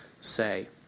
say